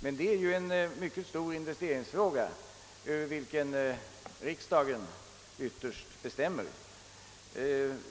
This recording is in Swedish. Men detta är en fråga om mycket stora investeringar, i vilken riksdagen ytterst fattar beslut.